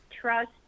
trust